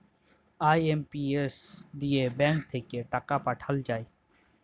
IMPS দিয়ে bank থাক্যে টাকা পাঠাল যায়